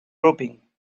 roping